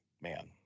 man